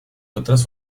otras